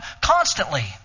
constantly